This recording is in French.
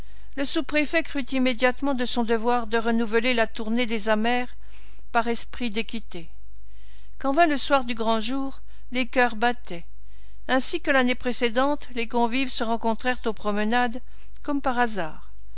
le sous-préfet crut immédiatement de son devoir de renouveler la tournée des amers par esprit d'équité quand vint le soir du grand jour les cœurs battaient ainsi que l'année précédente les convives se rencontrèrent aux promenades comme par hasard